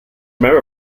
member